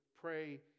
pray